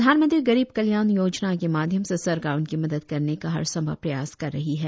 प्रधानमंत्री गरीब कल्याण योजना के माध्यम से सरकार उनकी मदद करने का हरसंभव प्रयास कर रही है